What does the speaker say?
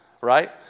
right